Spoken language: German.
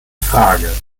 frage